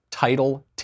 Title